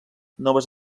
noves